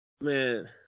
man